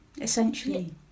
essentially